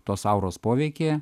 tos auros poveikyje